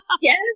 Yes